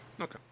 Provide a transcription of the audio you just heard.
Okay